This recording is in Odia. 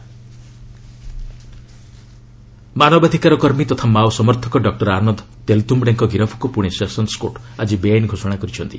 ତେଲତ୍ନମ୍ଘଡେ ଆରେଷ୍ଟ ମାନବାଧିକାର କର୍ମୀ ତଥା ମାଓ ସମର୍ଥକ ଡକ୍କର ଆନନ୍ଦ ତେଲତୁ୍ୟଡେଙ୍କ ଗିରଫ୍କୁ ପୁଣେ ସେସନ୍ସ କୋର୍ଟ ଆଜି ବେଆଇନ୍ ଘୋଷଣା କରିଛନ୍ତି